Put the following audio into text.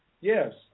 Yes